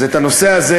הנושא הזה,